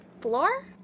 floor